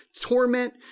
torment